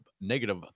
negative